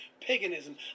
paganism